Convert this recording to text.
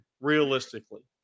realistically